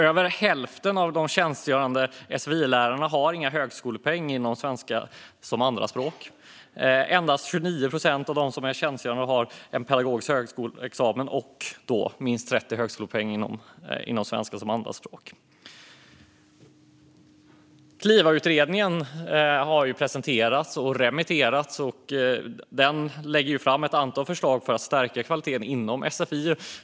Över hälften av de tjänstgörande sfi-lärarna har inga högskolepoäng i svenska som andraspråk. Endast 29 procent har en pedagogisk högskoleexamen och minst 30 högskolepoäng i svenska som andraspråk. Klivautredningen har presenterats och remitterats, och den lägger fram ett antal förslag för att stärka kvaliteten inom sfi.